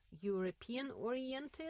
European-oriented